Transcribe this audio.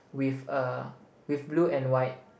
with a with blue and white